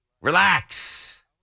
Relax